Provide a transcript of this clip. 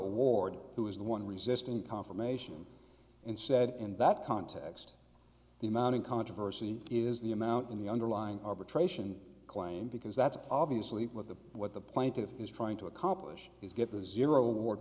award who is the one resisting confirmation and said in that context the amount in controversy is the amount in the underlying arbitration claim because that's obviously what the what the plaintiff is trying to accomplish is get the zero award